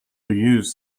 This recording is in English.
used